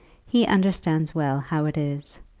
he understands well how it is.